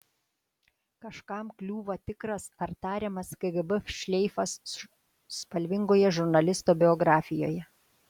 kažkam kliūva tikras ar tariamas kgb šleifas spalvingoje žurnalisto biografijoje